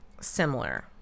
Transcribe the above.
similar